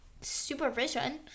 supervision